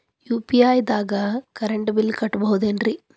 UPI ದಾಗ current bill ಕಟ್ಟಬಹುದೇನ್ರಿ?